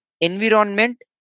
environment